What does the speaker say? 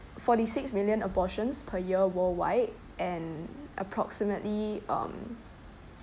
forty six million abortions per year worldwide and approximately um